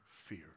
fear